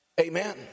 Amen